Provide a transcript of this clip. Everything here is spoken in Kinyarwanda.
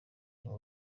niwe